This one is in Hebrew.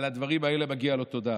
החיילים, מגישים תיקון